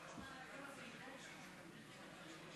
זה חוק שאומר: